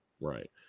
right